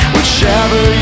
Whichever